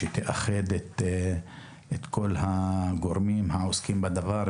שתאחד את כל הגורמים העוסקים בדבר,